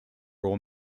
raw